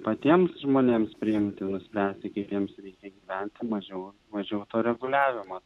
patiems žmonėms priimti nuspręsti kiek jiems reikia bent mažiau mažiau to reguliavimo